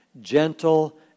gentle